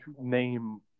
name